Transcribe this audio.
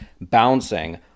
bouncing